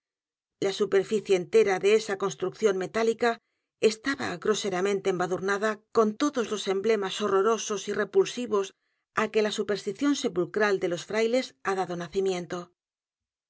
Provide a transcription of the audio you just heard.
la superficie entera de esa construcción metálica estaba groseramente embadurnada con todos los emblemas horrorosos y repulsivos á que la superstición sepulcral de los frailes h a dado nacimiento